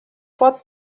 what